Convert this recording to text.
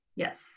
Yes